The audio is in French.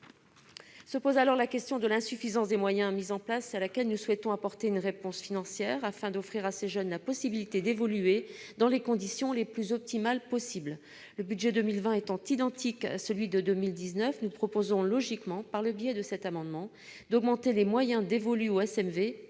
Se pose alors la question de l'insuffisance des moyens mis en place à laquelle nous souhaitons apporter une réponse financière, afin d'offrir à ces jeunes la possibilité d'évoluer dans des conditions optimales. Le budget pour 2020 étant identique à celui de 2019, nous proposons logiquement, par le biais de cet amendement, d'augmenter les moyens dévolus au SMV